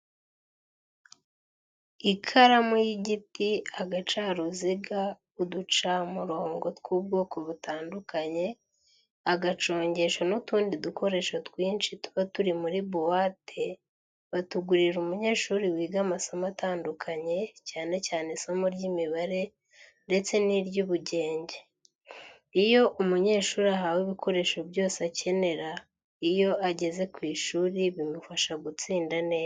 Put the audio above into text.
Ikaramu y'igiti, agacaruziga, uducamurongo tw'ubwoko butandukanye, agacongesho n'utundi dukoresho twinshi tuba turi muri buwate, batugurira umunyeshuri wiga amasomo atandukanye cyane cyane isomo ry'imibare ndetse n'iry'ubugenge. Iyo umunyeshuri ahawe ibikoresho byose akenera iyo ageze ku ishuri, bimufasha gutsinda neza.